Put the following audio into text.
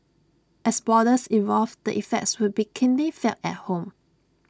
as borders evolve the effects would be keenly felt at home